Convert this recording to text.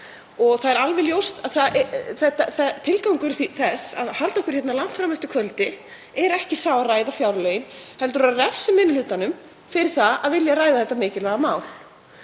Og það er alveg ljóst að tilgangur þess að halda okkur hérna langt fram eftir kvöldi er ekki sá að ræða fjárlögin heldur að refsa minni hlutanum fyrir að vilja ræða þetta mikilvæga mál.